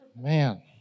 Man